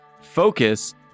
focus